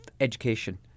education